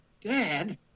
Dad